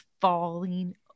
falling